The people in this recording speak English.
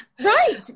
right